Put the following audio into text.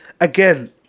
again